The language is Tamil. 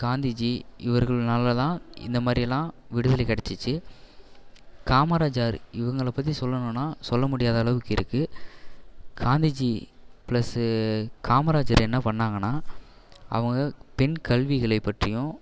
காந்திஜி இவர்கள்னால தான் இந்த மாதிரி எல்லாம் விடுதலை கிடச்சிச்சி காமராஜர் இவங்களை பற்றி சொல்லணுன்னா சொல்லமுடியாத அளவுக்கு இருக்கு காந்திஜி ப்ளஸு காமராஜர் என்ன பண்ணாங்கன்னா அவங்க பெண் கல்விகளை பற்றியும்